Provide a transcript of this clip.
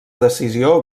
decisió